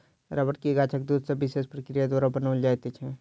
रबड़ के गाछक दूध सॅ विशेष प्रक्रिया द्वारा बनाओल जाइत छै